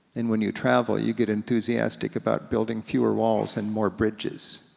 and when you travel you get enthusiastic about building fewer walls and more bridges.